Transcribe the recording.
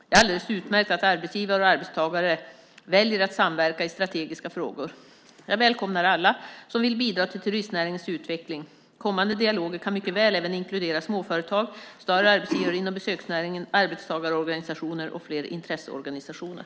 Det är alldeles utmärkt att arbetsgivare och arbetstagare väljer att samverka i strategiska frågor. Jag välkomnar alla som vill bidra till turistnäringens utveckling. Kommande dialoger kan mycket väl även inkludera småföretag, större arbetsgivare inom besöksnäringen, arbetstagarorganisationer och fler intresseorganisationer.